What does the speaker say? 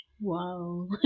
wow